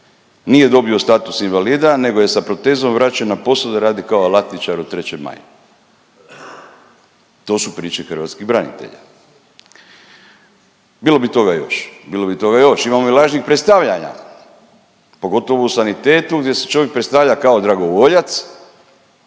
nije dobio status invalida, nego je sa protezom vraćen na posao da radi kao alatničar u 3. maju. To su priče hrvatskih branitelja. Bilo bi toga još, bilo bi toga još, imamo i lažnih predstavljanja, pogotovo u sanitetu gdje se čovjek predstavlja kao dragovoljac,